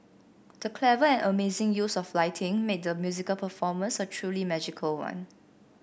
the clever and amazing use of lighting made the musical performance a truly magical one